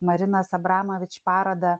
marinos abramovič parodą